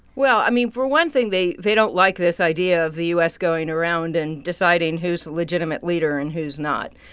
well, i mean, for one thing, they they don't like this idea of the u s. going around and deciding who's the legitimate leader and who's not.